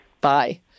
Bye